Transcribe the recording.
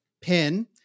Pin